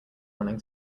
running